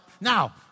Now